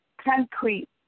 concrete